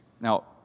Now